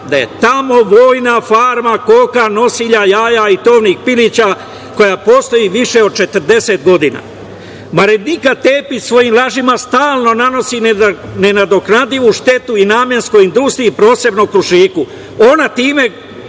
da je tamo vojna farma koka nosilja jaja i tovnih pilića koja postoji više od 40 godina. Marinika Tepić svojim lažima stalno nanosi nenadoknadivu štetu i namenskoj industriji, posebno Krušiku, ona time,